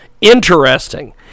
interesting